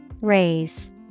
Raise